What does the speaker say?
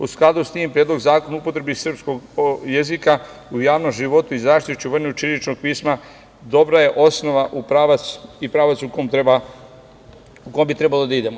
U skladu sa tim Predlog Zakona o upotrebi srpskog jezika u javnom životu i zaštiti i očuvanju ćiriličnog pisma dobra je osnova i pravac u kome bi trebalo da idemo.